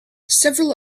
several